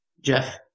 Jeff